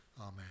Amen